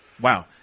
Wow